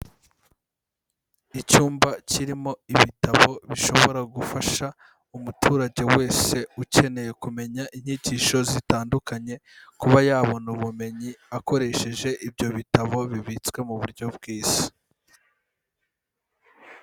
Icyumba kirimo ibitabo bishobora gufasha umuturage wese ukeneye kumenya inyigisho zitandukanye kuba yabona ubumenyi akoresheje ibyo bitabo bibitswe mu buryo bwiza.